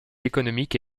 économique